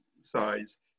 size